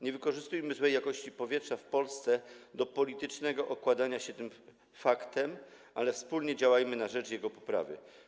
Nie wykorzystujmy złej jakości powietrza w Polsce do politycznego okładania się tym faktem, ale wspólnie działajmy na rzecz jego poprawy.